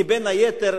כי בין היתר,